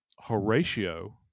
Horatio